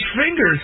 fingers